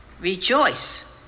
Rejoice